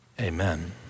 Amen